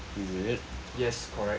yes correct